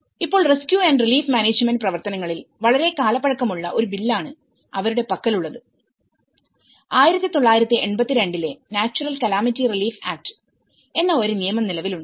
ഇപ്പോൾ rescue and relief മാനേജ്മെന്റ്പ്രവർത്തനങ്ങളിൽ വളരെ കാലപ്പഴക്കമുള്ള ഒരു ബില്ലാണ് അവരുടെ പക്കലുള്ളത് 1982 ലെ നാച്ചുറൽ കലാമിറ്റി റിലീഫ് ആക്ട് എന്ന ഒരു നിയമം നിലവിലുണ്ട്